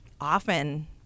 often